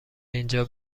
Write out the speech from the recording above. اینجا